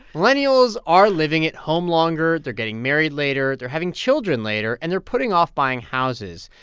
millennials are living at home longer. they're getting married later. they're having children later. and they're putting off buying houses.